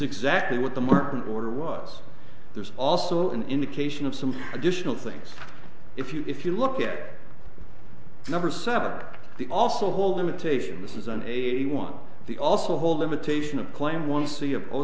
exactly what the market order was there's also an indication of some additional things if you if you look at number seven the also whole limitation this is an eighty one the also hold limitation of claim one c of